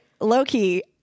low-key